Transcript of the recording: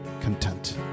content